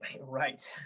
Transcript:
right